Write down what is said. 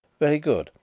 very good.